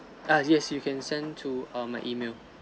err yes you can send to err my email